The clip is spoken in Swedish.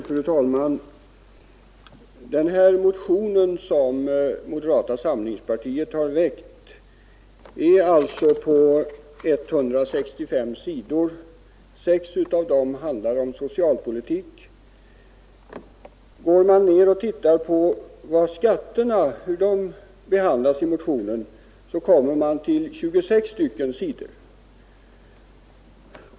Fru talman! Den motion som moderata samlingspartiet har väckt är på 165 sidor. Sex av dem handlar om socialpolitik. Skatterna behandlas i motionen på 26 sidor.